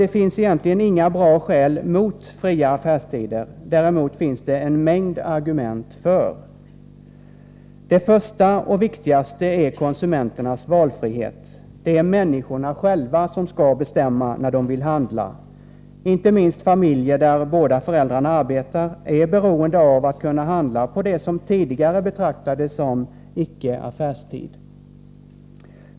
Det finns egentligen inga bra skäl mot fria affärstider. Däremot finns det en mängd argument för. Det första och viktigaste är konsumenternas valfrihet. Det är människorna själva som skall bestämma när de vill handla. Inte minst familjer där båda föräldrarna arbetar är beroende av att kunna handla på det som tidigare betraktades som icke affärstid.